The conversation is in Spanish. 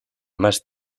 más